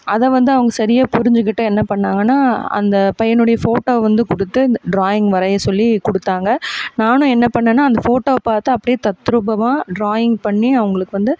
அதைவந்து அவங்க சரியாக புரிஞ்சுக்கிட்டு என்ன பண்ணாங்கன்னா அந்த பையனுடைய ஃபோட்டோ வந்து கொடுத்து இந்த ட்ராயிங் வரைய சொல்லி கொடுத்தாங்க நானும் என்ன பண்ணேன்னா அந்த ஃபோட்டோவ பார்த்து அப்படியே தத்ரூபமாக ட்ராயிங் பண்ணி அவங்களுக்கு வந்து